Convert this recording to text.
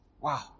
Wow